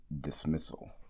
dismissal